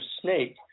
snake